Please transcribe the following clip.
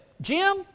Jim